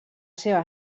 seva